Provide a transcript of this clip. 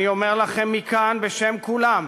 אני אומר לכם מכאן, בשם כולם,